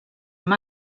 amb